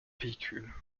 véhicules